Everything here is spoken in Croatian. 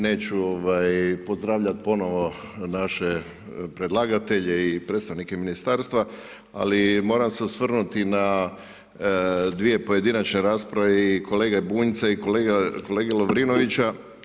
Neću pozdravljat ponovo naše predlagatelje i predstavnike ministarstva, ali moram se osvrnuti na dvije pojedinačne rasprave i kolege Bunjca i kolege Lovrinovića.